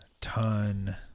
ton